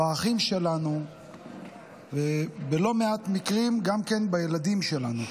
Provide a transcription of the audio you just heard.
באחים שלנו ובלא מעט מקרים גם בילדים שלנו.